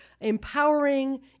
empowering